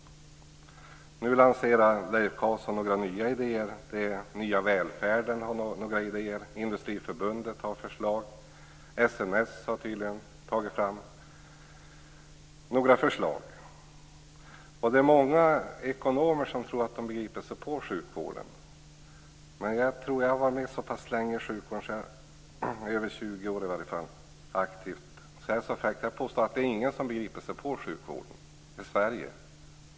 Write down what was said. Nu lanserar Leif Carlson några nya idéer. Nya välfärden har några idéer, Industriförbundet har förslag och SNS har tydligen tagit fram några förslag. Det är många ekonomer som tror att de begriper sig på sjukvården. Men jag har varit med så pass länge i sjukvården - i varje fall över 20 år - att jag vill vara fräck nog att påstå att det inte är någon som begriper sig på sjukvården i Sverige.